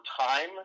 time